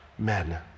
Men